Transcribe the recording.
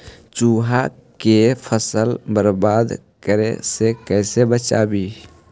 चुहा के फसल बर्बाद करे से कैसे बचाबी?